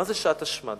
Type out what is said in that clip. מה זה שעת השמד?